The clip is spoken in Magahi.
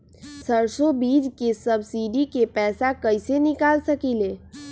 सरसों बीज के सब्सिडी के पैसा कईसे निकाल सकीले?